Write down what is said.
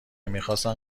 میخاستن